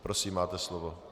Prosím, máte slovo.